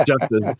Justice